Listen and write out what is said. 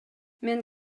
мен